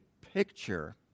picture